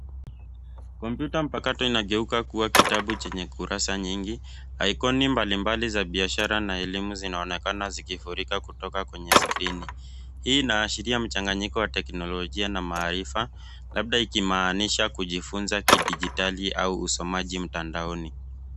Kompyuta mpakato inageuka kuwa kitabu chenye kurasa nyingi. Aikoni mbalimbali za biashara na elimu zinaonekana zikifurika kutoka kwenye skrini. Hii inaashiria mchanganyiko wa teknolojia na maarifa, labda ikimaanisha kujifunza kidijitali au usomaji mtandaoni.